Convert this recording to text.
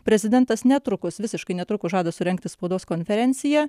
prezidentas netrukus visiškai netrukus žada surengti spaudos konferenciją